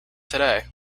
today